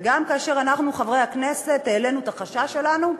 וגם כאשר אנחנו, חברי הכנסת, העלינו את החשש שלנו.